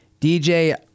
DJ